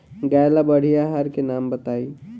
गाय ला बढ़िया आहार के नाम बताई?